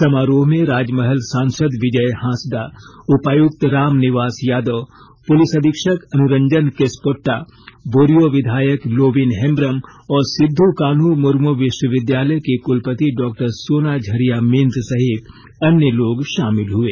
समारोह में राजमहल सांसद विजय हांसदा उपायुक्त रामनिवास यादव पुलिस अधीक्षक अनुरंजन किस्पोट्टा बोरियो विधायक लोबिन हेंब्रम और सिद्धु कान्हू मुर्मू विश्वविद्यालय की कुलपति डॉ सोना झरिया मिंज सहित अन्य लोग शामिल हुए